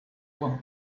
one